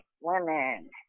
women